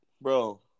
bro